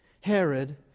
Herod